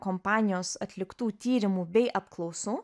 kompanijos atliktų tyrimų bei apklausų